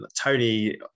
Tony